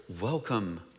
welcome